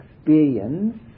experience